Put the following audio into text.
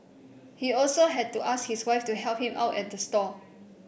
he also had to ask his wife to help him out at the stall